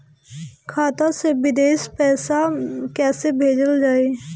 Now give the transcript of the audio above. खाता से विदेश पैसा कैसे भेजल जाई?